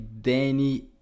Danny